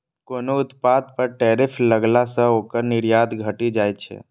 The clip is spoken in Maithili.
कोनो उत्पाद पर टैरिफ लगला सं ओकर निर्यात घटि जाइ छै